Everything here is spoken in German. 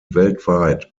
weltweit